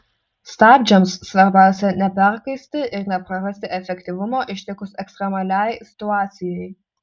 stabdžiams svarbiausia neperkaisti ir neprarasti efektyvumo ištikus ekstremaliai situacijai